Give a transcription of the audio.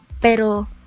pero